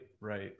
right